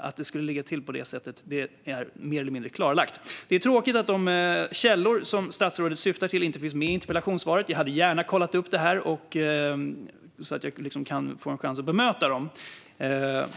Att det ligger till på det sättet är mer eller mindre klarlagt. Det är tråkigt att de källor som statsrådet hänvisar till inte fanns med i interpellationssvaret. Jag hade gärna kollat upp det så att jag hade haft en chans att bemöta det.